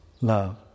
love